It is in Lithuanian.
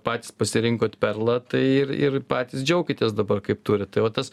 patys pasirinkot perlą tai ir ir patys džiaukitės dabar kaip turit tai va tas